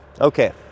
Okay